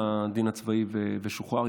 והוא הגיע לבית הדין הצבאי ושוחרר.